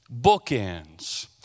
Bookends